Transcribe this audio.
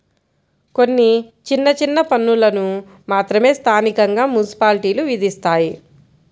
కొన్ని చిన్న చిన్న పన్నులను మాత్రమే స్థానికంగా మున్సిపాలిటీలు విధిస్తాయి